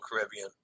Caribbean